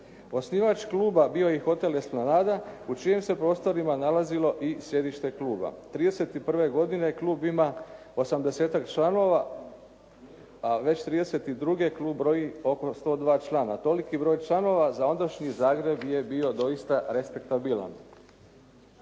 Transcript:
Osnivač kluba bio je i hotel Esplanada u čijim se prostorima nalazilo i sjedište kluba. 1931. godine klub ima 80-tak članova, a već 1932. klub broji oko 102 člana. Toliki broj članova za ondašnji Zagreb je bio doista respektabilan.